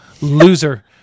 loser